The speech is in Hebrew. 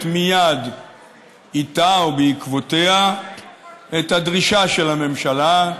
מייד איתה או בעקבותיה את הדרישה של הממשלה,